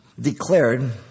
declared